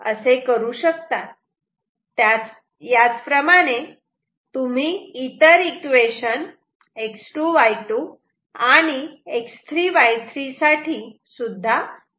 याचप्रमाणे तुम्ही इतर इक्वेशन X2Y2 आणि X3Y3 साठी सुद्धा मिळवू शकतात